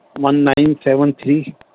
one nine seven three